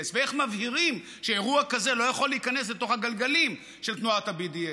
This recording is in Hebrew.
ואיך מבהירים שאירוע כזה לא יכול להיכנס לתוך הגלגלים של תנועת ה-BDS.